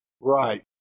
Right